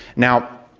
now,